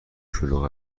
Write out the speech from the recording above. شلوغ